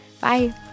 Bye